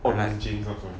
oh maybe james one sorry